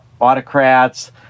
autocrats